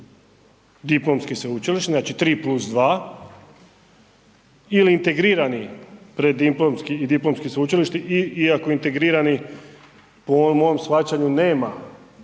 diplomski sveučilišni znači 3+2 ili integrirani preddiplomski i diplomski sveučilišni iako integrirani po ovom mom shvaćanju nema